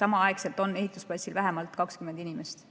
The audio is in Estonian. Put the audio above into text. samal ajal on ehitusplatsil vähemalt 20 inimest.